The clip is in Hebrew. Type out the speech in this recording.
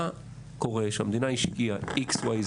כשהמדינה השקיעהX ,Y ,